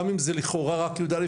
גם אם זה לכאורה רק יא',